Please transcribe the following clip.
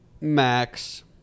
Max